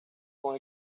con